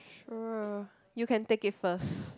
sure you can take it first